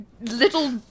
little